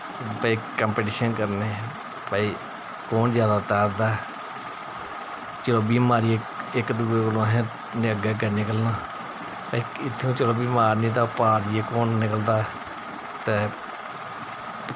competition करने भाई कु'न जादा तैरदा ऐ चलोबी मारियै इक दूए असें कोला अग्गें अग्गें निकलना इत्थूं दा चलोबी मारनी ते पार जाइयै कु'न निकलदा ऐ ते